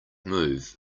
move